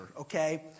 okay